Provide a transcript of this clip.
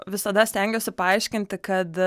visada stengiuosi paaiškinti kad